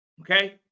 Okay